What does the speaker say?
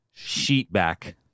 sheetback